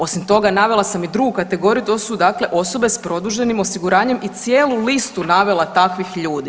Osim toga, navela sam i drugu kategoriju, to su dakle osobe s produženim osiguranjem i cijelu listu navela takvih ljudi.